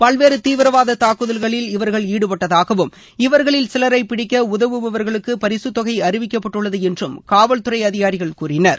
பல்வேறு தீவிரவாத தாக்குதல்களில் இவர்கள் ஈடுபட்டதாகவும் இவர்களில் சிலரை பிடிக்க உதவுபவர்களுக்கு பரிசுத் தொகை அறிவிக்கப்பட்டுள்ளது என்றும் காவல்துறை அதிகாரிகள் கூறினர்